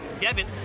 Devin